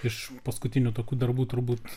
iš paskutinių tokių darbų turbūt